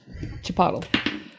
Chipotle